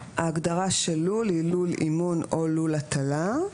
"לול" לול אימון או לול הטלה.